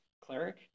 cleric